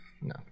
No